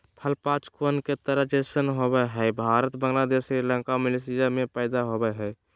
फल पांच कोण के तारा जैसन होवय हई भारत, बांग्लादेश, श्रीलंका, मलेशिया में पैदा होवई हई